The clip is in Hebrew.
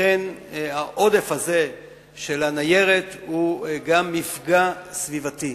ולכן העודף הזה של הניירת הוא גם מפגע סביבתי.